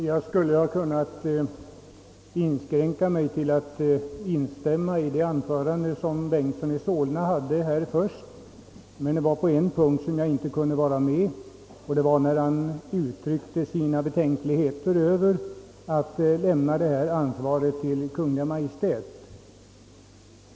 Herr talman! Jag kunde ha inskränkt mig till att instämma i det anförande som herr Bengtson i Solna höll. Det var emellertid på en punkt som jag inte kunde instämma med honom, nämligen när han uttryckte sina betänkligheter mot att överlämna ansvaret till Kungl. Maj:t.